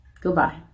goodbye